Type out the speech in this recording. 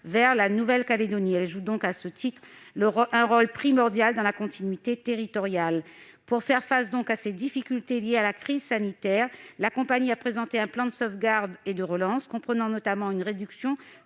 vers la Nouvelle-Calédonie. Elle joue à ce titre un rôle primordial de continuité territoriale. Pour faire face aux difficultés liées à la crise sanitaire, la compagnie a présenté un plan de sauvegarde et de relance, comprenant notamment une réduction